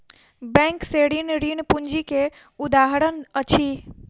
bank से ऋण, ऋण पूंजी के उदाहरण अछि